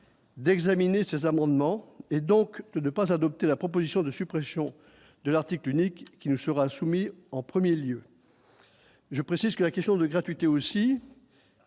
D'examiner ces amendements et donc de ne pas adopter la proposition de suppression de l'article unique qui nous sera soumis en 1er lieu. Je précise que la question de gratuité aussi.